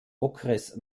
okres